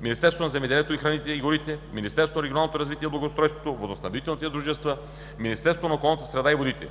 (Министерството на земеделието, храните и горите, Министерството на регионалното развитите и благоустройството, водоснабдителните дружества, Министерството на околната среда и водите)